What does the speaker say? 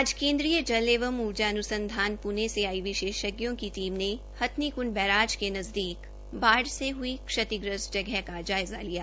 आज केंद्रीय जल एवं उर्जा अनुसंधान पुने से आई विशेषों की टीम हथनीकुंड बैराज के नजदीक बाढ़ से हई क्षतिग्रस्त जगह का जायजा लिया